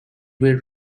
were